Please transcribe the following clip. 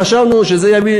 וחשבנו שזה יביא,